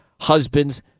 husband's